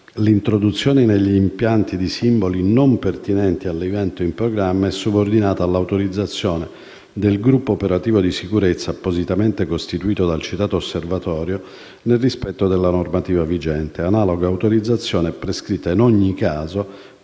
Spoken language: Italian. L'introduzione negli impianti di simboli non pertinenti all'evento in programma è subordinata all'autorizzazione del Gruppo operativo di sicurezza, appositamente costituito dal citato Osservatorio, nel rispetto della normativa vigente. Analoga autorizzazione è prescritta in ogni caso